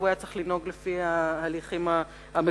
והיה עליו לנהוג לפי ההליכים המקובלים.